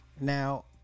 now